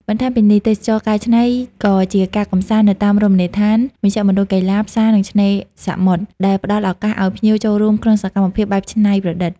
បន្ថែមពីនេះ ទេសចរណ៍កែច្នៃ ក៏ជាការកំសាន្តនៅតាមរមណីយដ្ឋាន មជ្ឈមណ្ឌលកីឡា ផ្សារ និងឆ្នេរសមុទ្រ ដែលផ្តល់ឱកាសឲ្យភ្ញៀវចូលរួមក្នុងសកម្មភាពបែបច្នៃប្រឌិត។